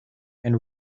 and